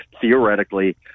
theoretically